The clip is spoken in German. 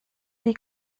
die